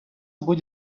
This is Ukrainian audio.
будь